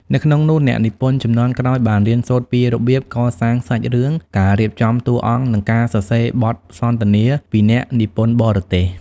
នៅក្នុងនោះអ្នកនិពន្ធជំនាន់ក្រោយបានរៀនសូត្រពីរបៀប កសាងសាច់រឿង ការរៀបចំតួអង្គ និងការសរសេរបទសន្ទនា ពីអ្នកនិពន្ធបរទេស។